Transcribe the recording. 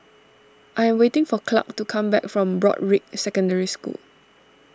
I am waiting for Clark to come back from Broadrick Secondary School